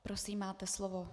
Prosím, máte slovo.